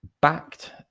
backed